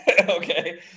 okay